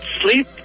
sleep